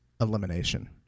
elimination